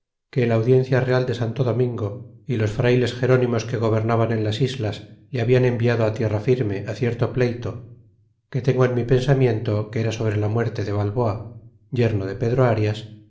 que el audiencia real de santo domingo y los frayles gerónimos que goberna han en las islas le hablan enviado tierrafirme cierto pleyto que tengo en mi pensamiento que era sobre la muerte de balboa yerno de pedro arias